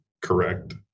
correct